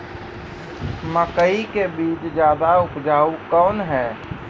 मकई के बीज ज्यादा उपजाऊ कौन है?